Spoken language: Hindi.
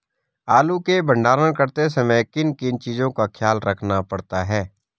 आलू के भंडारण करते समय किन किन चीज़ों का ख्याल रखना पड़ता है?